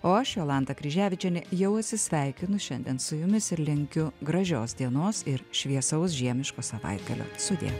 o aš jolanta kryževičienė jau atsisveikinu šiandien su jumis ir linkiu gražios dienos ir šviesaus žiemiško savaitgalio sudie